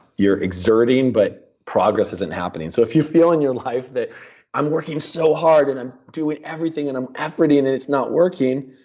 you're exerting, but progress isn't happening. so if you feel in your life that i'm working so hard, and i'm doing everything, and i'm efforting, and it's not working,